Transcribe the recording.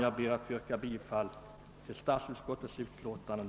Jag ber att få yrka bifall till statsutskottets hemställan.